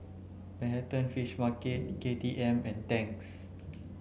Manhattan Fish Market K T M and Tangs